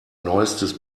neuestes